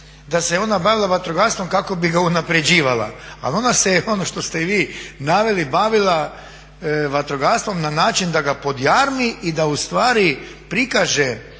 da se ona bavila vatrogastvom kako bi ga unapređivala. Ali ona se je ono što ste i vi naveli bavila vatrogastvom na način da ga podjarmi i da u stvari prikaže